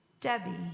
Debbie